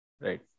right